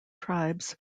tribes